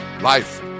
Life